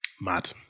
Mad